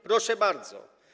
Proszę bardzo.